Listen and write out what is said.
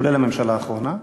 כולל הממשלה האחרונה,